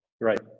Right